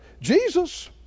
Jesus